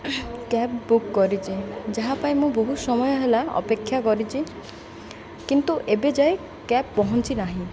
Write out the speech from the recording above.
cab book କରିଛି ଯାହା ପାଇଁ ମୁଁ ବହୁତ ସମୟ ହେଲା ଅପେକ୍ଷା କରିଛି କିନ୍ତୁ ଏବେ ଯାଏ କ୍ୟାବ୍ ପହଞ୍ଚି ନାହିଁ